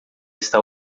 está